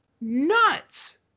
nuts